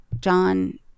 John